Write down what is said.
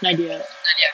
nadia mm